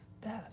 best